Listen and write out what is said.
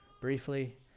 briefly